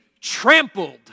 trampled